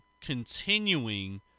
continuing